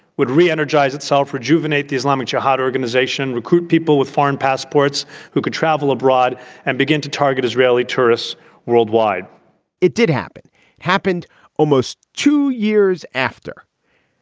would re-energize itself, rejuvenate the islamic jihad organization, recruit people with foreign passports who could travel abroad and begin to target israeli tourists worldwide it did happen happened almost two years after.